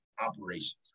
operations